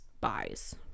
buys